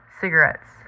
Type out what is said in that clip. cigarettes